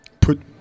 put